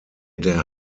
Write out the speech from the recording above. der